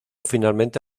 finalmente